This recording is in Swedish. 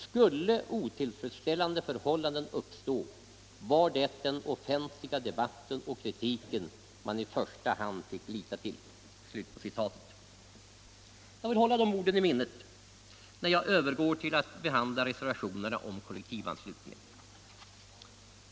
Skulle otillfredsställande förhållanden uppstå var det den offentliga debatten och kritiken man i första hand fick lita till. Jag vill hålla de orden i minnet när jag nu övergår till reservationerna om kollektivanslutningen.